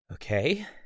Okay